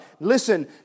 listen